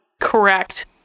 correct